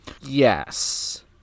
Yes